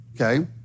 Okay